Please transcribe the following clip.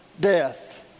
death